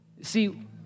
See